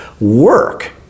work